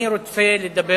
אני רוצה לדבר